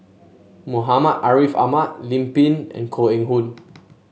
Muhammad Ariff Ahmad Lim Pin and Koh Eng Hoon